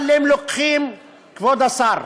אבל אם לוקחים, כבוד השר,